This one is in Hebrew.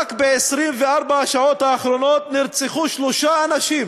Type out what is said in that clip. ורק ב-24 השעות האחרונות נרצחו שלושה אנשים.